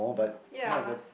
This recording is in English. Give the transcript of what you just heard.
ya